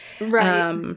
right